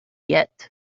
yet